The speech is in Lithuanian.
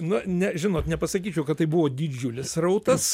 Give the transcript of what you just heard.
na ne žinot nepasakyčiau kad tai buvo didžiulis srautas